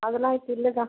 அதெல்லாம் இப்போ இல்லைக்கா